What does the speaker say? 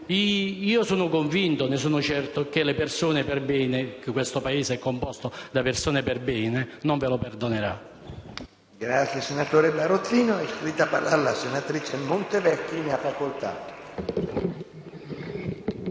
Io sono convinto e sono certo che le persone perbene (perché questo Paese è composto da persone perbene) non ve lo perdoneranno.